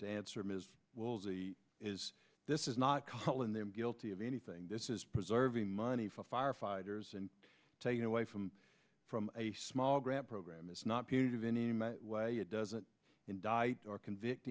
answer ms is this is not calling them guilty of anything this is preserving money for firefighters and taking away from from a small grant program it's not punitive any way it doesn't indict or convict